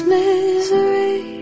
misery